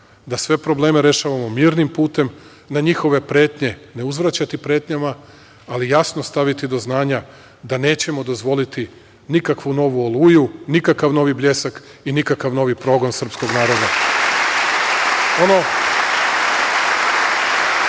da sve probleme rešavamo mirnim putem, na njihove pretnje ne uzvraćati pretnjama, ali jasno staviti do znanja da nećemo dozvoliti nikakvu novu „Oluju“, nikakav novi „Bljesak“ i nikakav novi progon srpskog naroda. Da